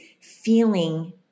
feeling